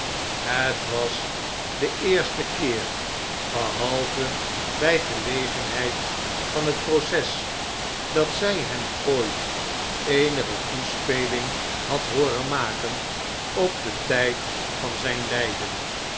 het was de eerste keer behalve bg gelegenheid van het proces dat zy hem ooit eenige toespeling had hooren maken op den tfjd van zijn lijden